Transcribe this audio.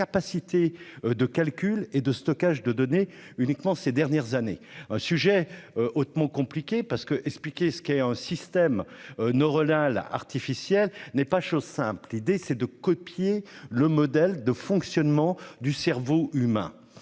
capacités de calcul et de stockage des données. C'est un sujet hautement complexe, car expliquer ce qu'est un système neuronal artificiel n'est pas chose aisée. L'idée est de copier le modèle de fonctionnement du cerveau humain.